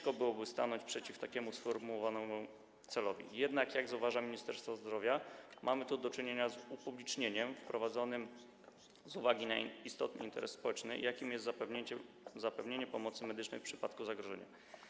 Trudno byłoby stanąć przeciw tak sformułowanemu celowi, jednak, jak zauważa Ministerstwo Zdrowia, mamy tu do czynienia z upublicznieniem wprowadzanym z uwagi na istotny interes społeczny, jakim jest zapewnienie pomocy medycznej w przypadku zagrożenia.